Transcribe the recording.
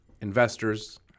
investors